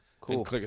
Cool